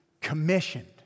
commissioned